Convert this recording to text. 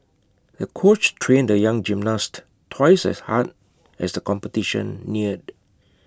the coach trained the young gymnast twice as hard as the competition neared